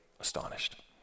astonished